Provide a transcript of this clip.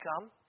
come